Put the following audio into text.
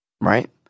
Right